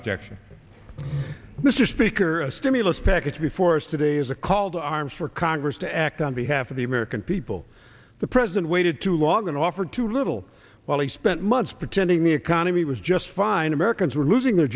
objection mr speaker a stimulus package before us today is a call to arms for congress to act on behalf of the american people the president waited too long to offer too little while he spent months pretending the economy was just fine americans were losing their